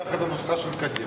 לקח את הנוסחה של קדימה.